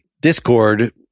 Discord